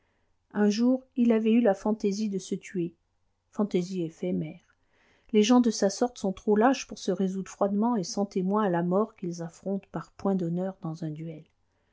un jour il avait eu la fantaisie de se tuer fantaisie éphémère les gens de sa sorte sont trop lâches pour se résoudre froidement et sans témoins à la mort qu'ils affrontent par point d'honneur dans un duel